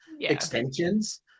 extensions